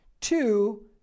two